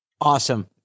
Awesome